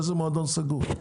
איזה מועדון סגור?